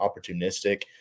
opportunistic